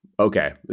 Okay